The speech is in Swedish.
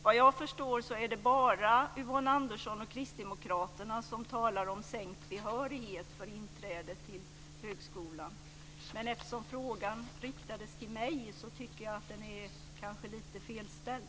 Vad jag förstår så är det bara Yvonne Andersson och Kristdemokraterna som talar om sänkt behörighet för inträde till högskolan. Eftersom frågan riktades till mig så tycker jag att den är lite felställd.